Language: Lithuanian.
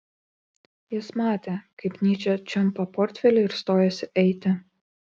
jis matė kaip nyčė čiumpa portfelį ir stojasi eiti